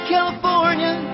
California